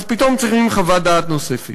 פתאום צריכים חוות דעת נוספת.